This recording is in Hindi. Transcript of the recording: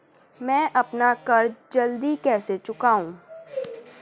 मैं अपना कर्ज जल्दी कैसे चुकाऊं?